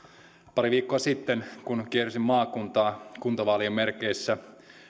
viikkoa sitten kun kiersin maakuntaa kuntavaalien merkeissä